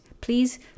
Please